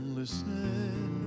listen